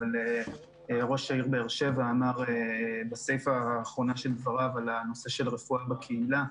אבל ראש עיריית באר שבע דיבר בסיפה של דבריו על הנושא של רפואה בקהילה,